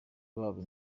babo